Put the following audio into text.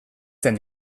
zen